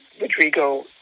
Rodrigo